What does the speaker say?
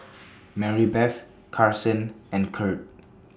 Marybeth Carsen and Curt